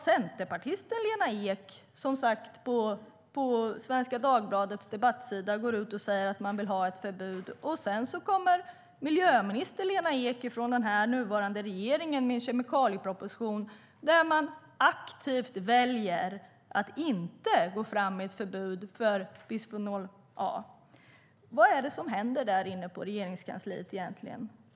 Centerpartisten Lena Ek gick som sagt ut på Svenska Dagbladets debattsida och sade att man vill ha ett förbud, och sedan kom miljöminister Lena Ek med en kemikalieproposition från den nuvarande regeringen där man aktivt väljer att inte gå fram med ett förbud mot bisfenol A. Vad är det egentligen som händer där inne på Regeringskansliet?